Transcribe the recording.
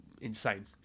insane